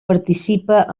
participa